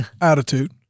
attitude